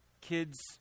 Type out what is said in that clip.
kids